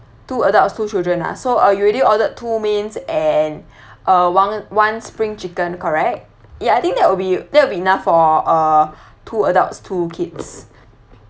two adults two children ah so are you already ordered two mains and uh one one spring chicken correct ya I think that will be that will be enough for uh two adults two kids